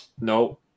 No